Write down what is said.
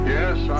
Yes